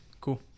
Cool